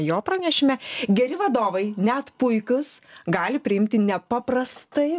jo pranešime geri vadovai net puikūs gali priimti nepaprastai